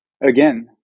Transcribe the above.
again